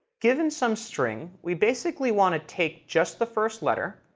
given some string, we basically want to take just the first letter,